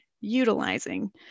utilizing